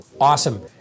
awesome